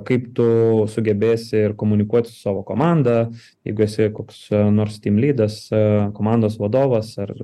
kaip tu sugebėsi ir komunikuot su savo komanda jeigu esi koks nors tymlydas komandos vadovas ar